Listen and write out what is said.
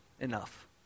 enough